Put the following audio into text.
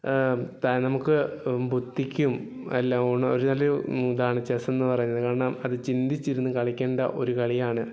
നമുക്ക് ബുദ്ധിക്കും എല്ലാം നല്ലൊരു ഇതാണ് ചെസ്സെന്നു പറയുന്നത് കാരണം അത് ചിന്തിച്ചിരുന്ന് കളിക്കേണ്ട ഒരു കളിയാണ്